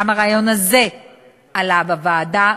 גם הרעיון הזה עלה בוועדה,